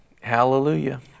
hallelujah